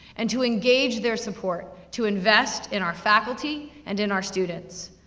and to engage their support, to invest in our faculty, and in our students.